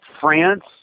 France